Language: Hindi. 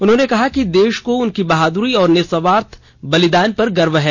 उन्होंने कहा कि देश को उनकी बहादुरी और निस्वार्थ बलिदान पर गर्व है